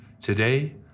Today